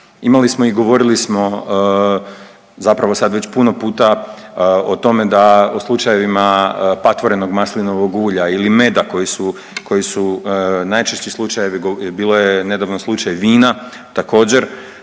Imali smo i govorili smo zapravo sad već puno puta o tome da u slučajevima patvorenog maslinovog ulja ili meda koji su najčešći slučajevi, bilo je nedavno slučaj vina, također,